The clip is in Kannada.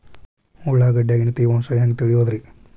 ಉಳ್ಳಾಗಡ್ಯಾಗಿನ ತೇವಾಂಶ ಹ್ಯಾಂಗ್ ತಿಳಿಯೋದ್ರೇ?